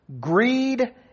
greed